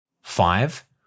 Five